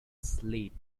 sleep